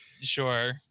Sure